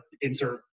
insert